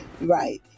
right